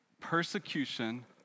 Persecution